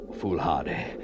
foolhardy